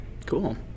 cool